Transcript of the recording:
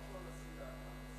לא כל הסיעה, כבוד השר.